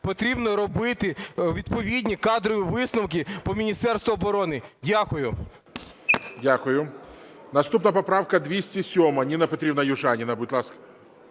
потрібно робити відповідні кадрові висновки по Міністерству оборони. Дякую. ГОЛОВУЮЧИЙ. Дякую. Наступна поправка 207, Ніна Петрівна Южаніна, будь ласка.